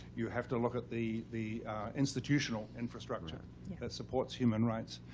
you have to look at the the institutional infrastructure that supports human rights.